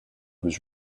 was